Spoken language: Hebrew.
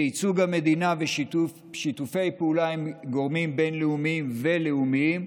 ייצוג המדינה ושיתופי פעולה עם גורמים לאומיים ובין-לאומיים,